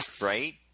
right